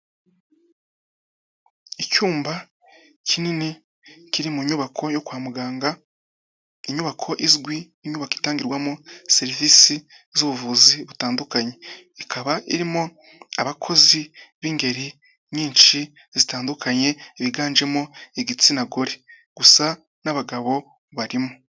Icyumba kinini kiri mu nyubako yo kwa muganga, inyubako izwi inyubako itangirwamo serivisi z'ubuvuzi butandukanye. Ikaba irimo abakozi b'ingeri nyinshi zitandukanye biganjemo igitsina gore. Gusa n'abagabo barimo.